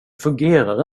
fungerar